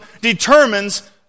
determines